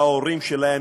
להורים שלהם,